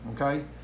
okay